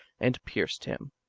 and pierced him.